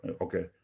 Okay